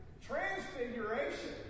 transfiguration